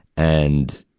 and,